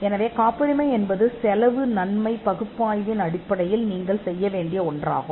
எனவே காப்புரிமை என்பது செலவு நன்மை பகுப்பாய்வின் அடிப்படையில் நீங்கள் செய்ய வேண்டிய ஒன்றாகும்